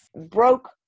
broke